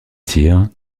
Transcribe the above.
tyr